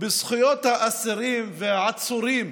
בזכויות האסירים והעצורים